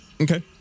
Okay